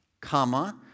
comma